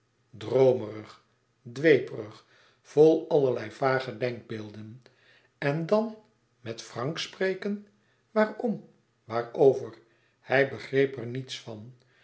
droomerig dweperig vol allerlei vage denkbeelden en dan met frank spreken waarom waarover hij begreep er niets van